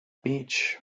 beach